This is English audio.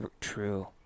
true